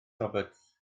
roberts